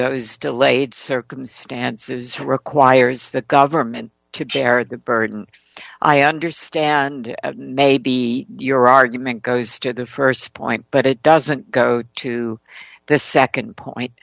those delayed circumstances requires the government to share the burden i understand may be your argument goes to the st point but it doesn't go to the nd point